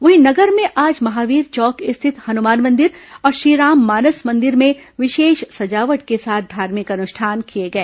वहीं नगर में आज महावीर चौक स्थित हनुमान मंदिर और श्रीराम मानस मंदिर में विशेष सजावट के साथ धार्मिक अनुष्ठान किए गए